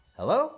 Hello